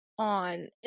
on